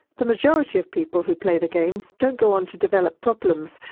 the majority of people who play the games don't go on to develop problems,